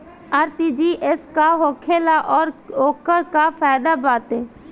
RTGS का होखेला और ओकर का फाइदा बाटे?